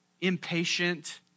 impatient